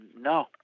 No